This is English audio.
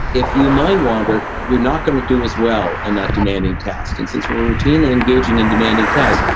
if you mind wander, you're not going to do as well on that demanding task. and since we're routinely engaging in demanding tasks,